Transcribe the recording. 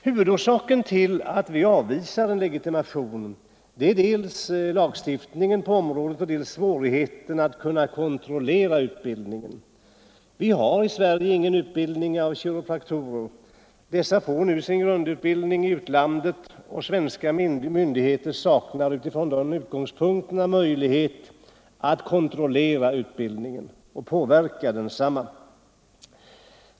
Huvudorsakerna till att vi avvisar tanken på sådan legitimation är dels lagstiftningen på området, dels svårigheten att kontrollera utbildningen. Vi har i Sverige ingen utbildning av kiropraktorer. Dessa får nu sin grundutbildning i utlandet, och svenska myndigheter saknar utifrån dessa utgångspunkter möjlighet att kontrollera utbildningen och påverka densamma.